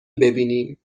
ببینیم